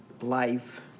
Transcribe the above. life